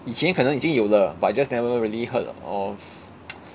以前可能已经有了 but just never really heard of